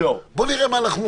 בוא נראה למה נוכל להגיע.